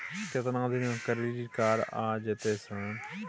केतना दिन में क्रेडिट कार्ड आ जेतै सर?